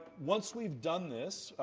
once we have done this,